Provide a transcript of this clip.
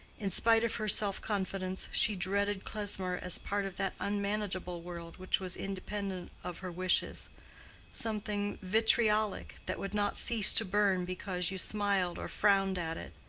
in spite of her self-confidence, she dreaded klesmer as part of that unmanageable world which was independent of her wishes something vitriolic that would not cease to burn because you smiled or frowned at it.